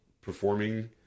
performing